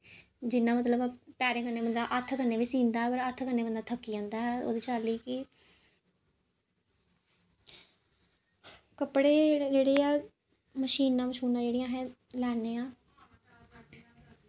जियां मतलब पैरे कन्नै हत्थ कन्नै बी सींदा पर हत्थ कन्नै बंदा थक्की जंदा ऐ ओह्दे चाल्ली कि कपड़े जेह्ड़े ऐ मशीनां मशूनां जेह्ड़ियां अस लैन्ने आं